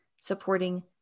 supporting